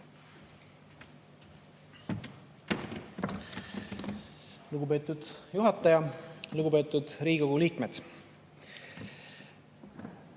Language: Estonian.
Lugupeetud juhataja! Lugupeetud Riigikogu liikmed!